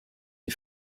les